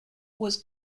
was